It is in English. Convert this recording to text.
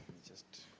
just